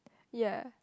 ya